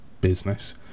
business